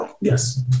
Yes